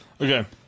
Okay